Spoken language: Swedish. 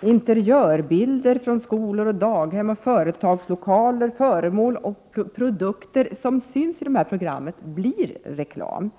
Vidare finns det